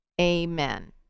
amen